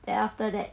then after that